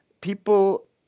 people